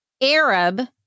Arab